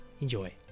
enjoy